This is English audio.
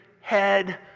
head